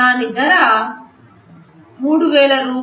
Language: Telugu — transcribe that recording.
దాని ధర రూ